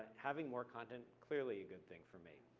having more content, clearly a good thing for me.